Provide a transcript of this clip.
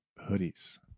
hoodies